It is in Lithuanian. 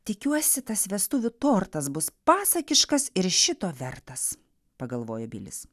tikiuosi tas vestuvių tortas bus pasakiškas ir šito vertas pagalvojo bilis